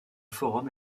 forum